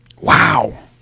wow